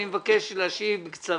אני מבקש להשיב במתינות.